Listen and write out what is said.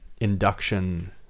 induction